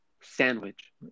sandwich